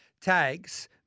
Tags